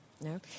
No